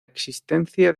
existencia